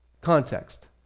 Context